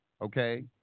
Okay